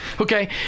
Okay